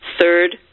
Third